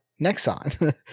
Nexon